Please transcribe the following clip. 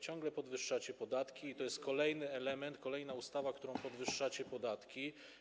Ciągle podwyższacie podatki i to jest kolejny element, kolejna ustawa, którą podwyższacie podatki.